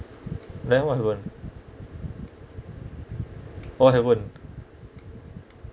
then what happen what happen